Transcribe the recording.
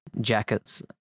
jackets